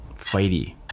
fighty